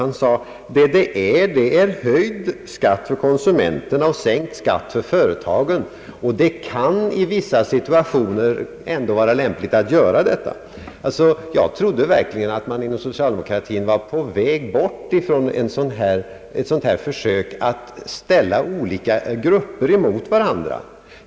Han sade att mervärdeskatten innebär höjd skatt för konsumenterna och sänkt skatt för företagen och att sådant i vissa situationer »kan vara lämpligt». Jag trodde verkligen att man inom socialdemokratien var på väg bort från sådana här försök att ställa olika grupper emot varandra.